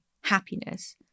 happiness